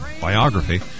biography